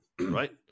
right